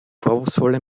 vorwurfsvolle